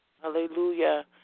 Hallelujah